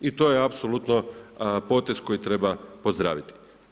I to je apsolutno potez koji treba pozdraviti.